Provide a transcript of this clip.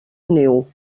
niu